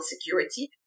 security